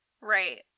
Right